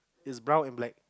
is brown and black